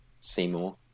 Seymour